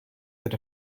that